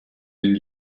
den